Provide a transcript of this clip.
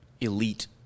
elite